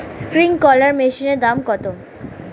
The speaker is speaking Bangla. স্প্রিংকলার মেশিনের দাম কত?